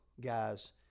guys